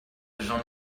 j’en